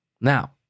Now